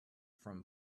from